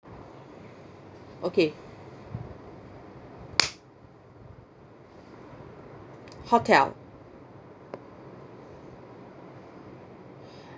okay hotel